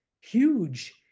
huge